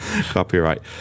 Copyright